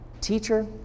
teacher